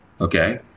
Okay